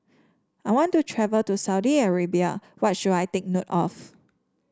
I want to travel to Saudi Arabia what should I take a note of